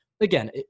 Again